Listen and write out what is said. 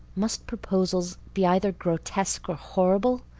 must proposals be either grotesque or horrible?